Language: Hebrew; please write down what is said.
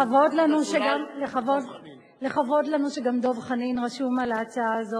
אני רוצה לומר משהו לזכותו של התקנון: לפעמים יש קונסטלציות,